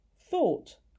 Thought